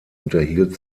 unterhielt